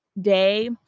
day